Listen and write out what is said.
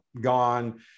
gone